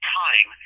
time